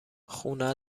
خونه